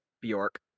Bjork